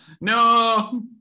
No